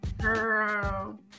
Girl